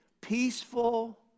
Peaceful